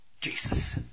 Jesus